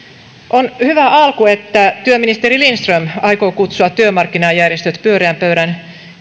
on hyvä alku että työministeri lindström aikoo kutsua työmarkkinajärjestöt pyöreän pöydän